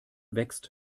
wächst